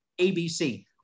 ABC